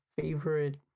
favorite